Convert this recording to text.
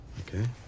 Okay